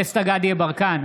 דסטה גדי יברקן,